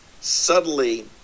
subtly